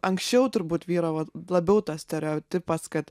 anksčiau turbūt vyravo labiau tas stereotipas kad